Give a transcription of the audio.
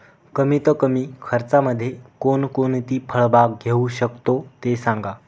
कमीत कमी खर्चामध्ये कोणकोणती फळबाग घेऊ शकतो ते सांगा